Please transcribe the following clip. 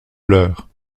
pleurs